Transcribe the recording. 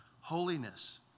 holiness